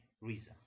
reason